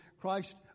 Christ